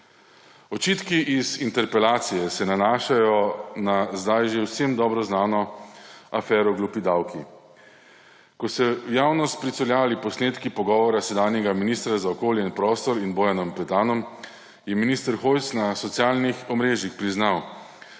Očitki iz interpelacije se nanašajo na zdaj že vsem dobro znano afero Glupi davki. Ko so v javnost pricurljali posnetki pogovora sedanjega ministra za okolje in prostor in Bojana Petana, je minister Hojs na socialnih omrežjih priznal,